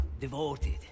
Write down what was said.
devoted